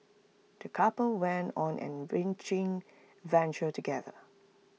the couple went on an enriching adventure together